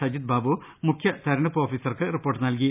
സജിത് ബാബു മുഖ്യതെരഞ്ഞെടുപ്പ് ഓഫീസർക്ക് റിപ്പോർട്ട് നൽകി